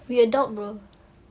we adult bro